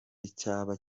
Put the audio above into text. icyaba